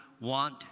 want